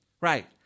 Right